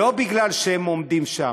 לא בגלל שהם עומדים שם,